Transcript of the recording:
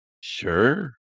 Sure